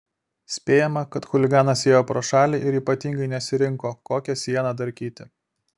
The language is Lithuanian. spėjama kad chuliganas ėjo pro šalį ir ypatingai nesirinko kokią sieną darkyti